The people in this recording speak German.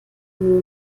nur